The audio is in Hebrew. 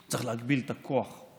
צריך להגביל את הכוח.